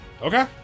Okay